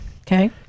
Okay